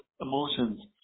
emotions